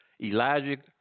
Elijah